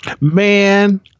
Man